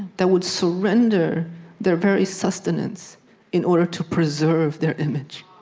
that would surrender their very sustenance in order to preserve their image?